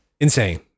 insane